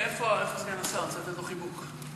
ההצעה להעביר את הנושא לוועדת הפנים